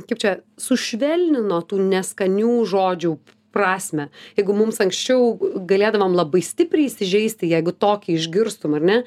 kaip čia sušvelnino tų neskanių žodžių prasmę jeigu mums anksčiau galėdavom labai stipriai įsižeisti jeigu tokį išgirstum ar ne